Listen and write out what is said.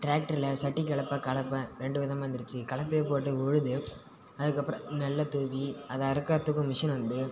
டிராக்டரில் சட்டிக்களப்பை களப்பை ரெண்டு விதமும் வந்துருச்சு களப்பையை போட்டு உழுது அதுக்கப்புறம் நெல் தூவி அதை அறுக்குறதுக்கும் மிஷின் வந்து